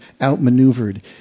outmaneuvered